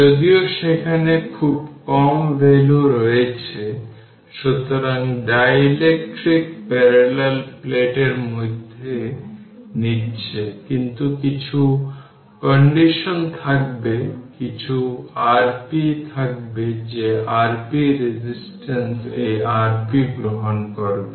যদিও সেখানে খুব কম ভ্যালু রয়েছে সুতরাং ডাইইলেকট্রিক প্যারালাল প্লেটের মধ্যে নিচ্ছে কিন্তু কিছু কন্ডিশন থাকবে কারণ কিছু Rp থাকবে যে Rp রেজিস্টেন্স এই Rp গ্রহণ করবে